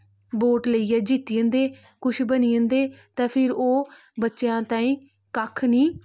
vote लेइयै जित्ती जंदे कुछ बनी जंदे ते फिर ओह् बच्चेआं ताईं कक्ख नेईं